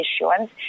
issuance